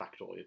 factoid